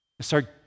start